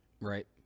Right